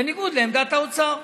בניגוד לעמדת האוצר.